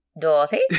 Dorothy